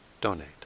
donate